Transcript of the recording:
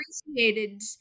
appreciated